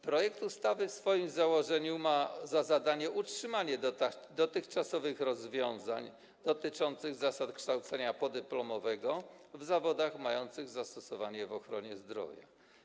Projekt ustawy w swoim założeniu ma za zadanie utrzymanie dotychczasowych rozwiązań dotyczących zasad kształcenia podyplomowego w zawodach mających zastosowanie w ochronie zdrowia.